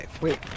Wait